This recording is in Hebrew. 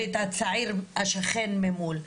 ואת הצעיר השכן ממול.